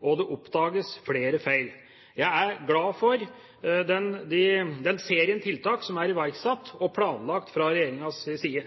har blitt oppdaget flere feil. Jeg er glad for den serie med tiltak som er iverksatt og planlagt fra regjeringas side.